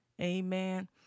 Amen